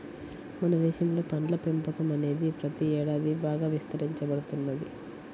మన దేశంలో పండ్ల పెంపకం అనేది ప్రతి ఏడాది బాగా విస్తరించబడుతున్నది